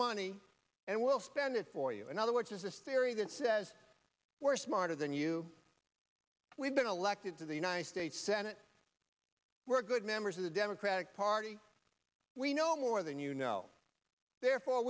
money and we'll spend it for you another which is this theory that says we're smarter than you we've been elected to the united states senate we're good members of the democratic party we know more than you know therefore